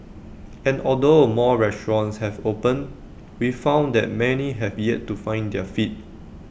and although more restaurants have opened we found that many have yet to find their feet